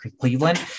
Cleveland